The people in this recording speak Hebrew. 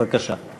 בבקשה.